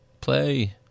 Play